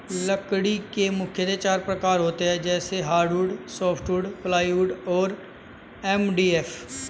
लकड़ी के मुख्यतः चार प्रकार होते हैं जैसे हार्डवुड, सॉफ्टवुड, प्लाईवुड तथा एम.डी.एफ